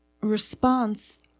response